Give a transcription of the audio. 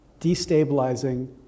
destabilizing